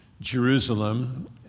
Jerusalem